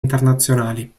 internazionali